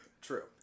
True